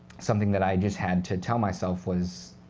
something that i just had to tell myself was